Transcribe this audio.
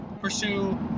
pursue